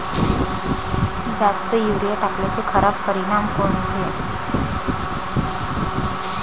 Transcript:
जास्त युरीया टाकल्याचे खराब परिनाम कोनचे?